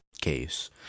case